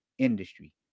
industry